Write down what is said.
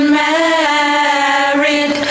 married